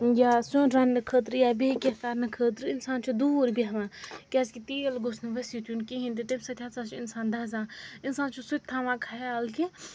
یا سیُن رَنٛنہٕ خٲطرٕ یا بیٚیہِ کیٚنٛہہ کَرنہٕ خٲطرٕ اِنسان چھُ دوٗر بیٚہوان کیٛازِکہِ تیٖل گوٚژھ نہٕ ؤسِتھ یُن کِہیٖنۍ تہِ تَمہِ سۭتۍ ہَسا چھُ اِنسان دَزان اِنسان چھُ سُہ تہِ تھاوان خَیال کہِ